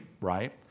right